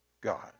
God